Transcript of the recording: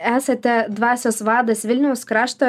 esate dvasios vadas vilniaus krašto